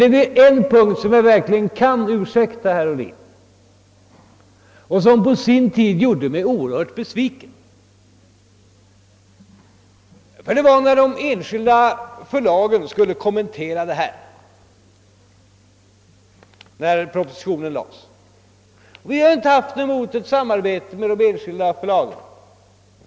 Men på en punkt kan jag verkligen ursäkta herr Ohlin — och det gäller en punkt där man på sin tid gjorde mig ytterst besviken. Det var när de enskilda förlagen skulle kommentera den proposition som framlades. Jag har inte haft något emot ett samarbete med de enskilda förlagen.